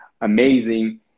amazing